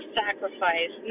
sacrifice